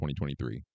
2023